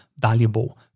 valuable